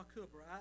Cooper